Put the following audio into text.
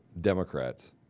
Democrats